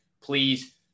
please